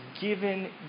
given